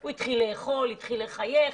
הוא התחיל לאכול, הוא התחיל לחייך.